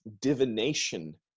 divination